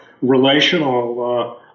relational